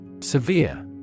Severe